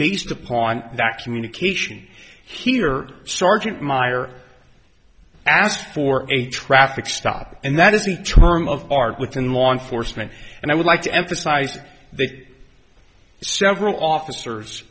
based upon that communication here sergeant meyer asked for a traffic stop and that is the term of art within law enforcement and i would like to emphasize that several officers